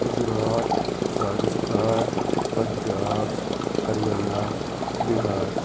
Gujarat Rajasthan Punjab Haryana Bihar